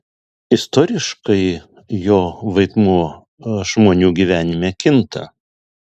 istoriškai jo vaidmuo žmonių gyvenime kinta